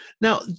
Now